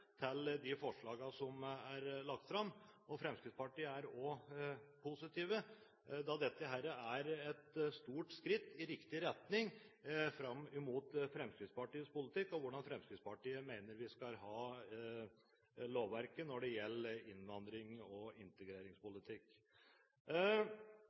til de forslagene som er lagt fram, og Fremskrittspartiet er også positive, da dette er et stort skritt i riktig retning i henhold til Fremskrittspartiets politikk og hvordan Fremskrittspartiet mener lovverket skal være når det gjelder innvandring og